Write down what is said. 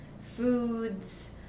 foods